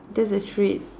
that's a treat